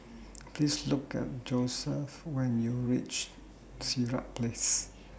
Please Look For Josef when YOU REACH Sirat Place